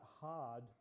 hard